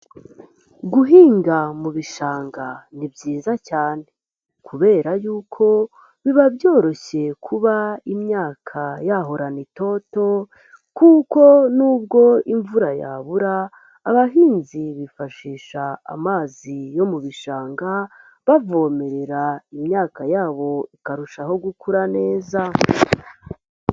Guhinga mu bishanga ni byiza cyane kubera y'uko biba byoroshye kuba imyaka yahorana itoto kuko nubwo imvura yabura abahinzi bifashisha amazi yo mu bishanga bavomerera imyaka yabo ikarushaho gukura neza.